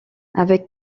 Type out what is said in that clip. avec